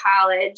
college